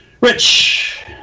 Rich